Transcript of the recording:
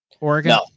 Oregon